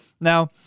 Now